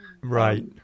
Right